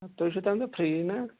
تُہۍ چھِو تَمہِ دۅہ فرٛی نا